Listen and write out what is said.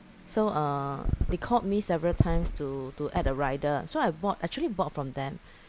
so uh they called me several times to to add a rider so I bought actually bought from them